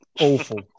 Awful